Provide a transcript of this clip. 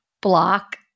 block